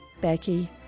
Becky